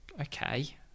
okay